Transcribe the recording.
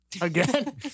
Again